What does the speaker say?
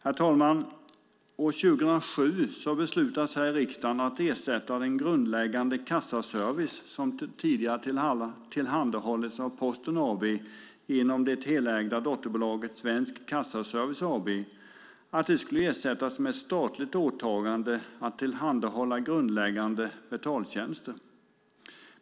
År 2007 beslutades här i riksdagen att den grundläggande kassaservice som tidigare tillhandahållits av Posten AB genom det helägda dotterbolaget Svensk Kassaservice AB skulle ersättas med ett statligt åtagande att tillhandahålla grundläggande betaltjänster.